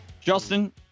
Justin